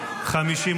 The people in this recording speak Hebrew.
נתקבלו.